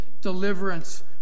deliverance